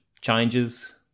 changes